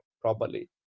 properly